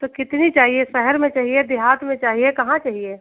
तो कितनी चाहिए सहहर में चाहिए देहात में चाहिए कहाँ चाहिए